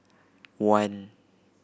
one